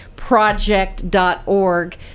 project.org